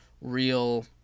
real